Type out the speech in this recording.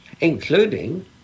including